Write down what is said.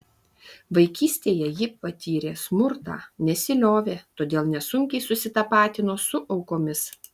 vaikystėje ji patyrė smurtą nesiliovė todėl nesunkiai susitapatino su aukomis